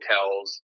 hotels